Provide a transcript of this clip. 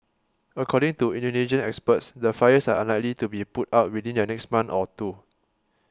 according to Indonesian experts the fires are unlikely to be put out within the next month or two